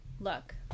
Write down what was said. look